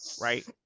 right